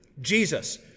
Jesus